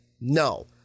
No